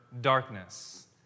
darkness